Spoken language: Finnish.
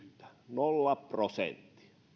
nolla prosenttia ja